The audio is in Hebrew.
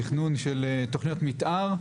תכנון של תכניות מתאר,